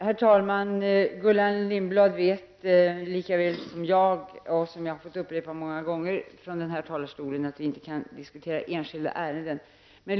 Herr talman! Gullan Lindblad vet lika väl som jag -- jag har fått upprepa detta flera gånger från denna talarstol -- att man inte kan diskutera enskilda ärenden.